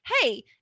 hey